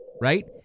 right